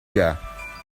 gars